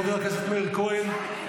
חבר הכנסת מאיר כהן,